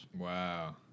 Wow